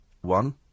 One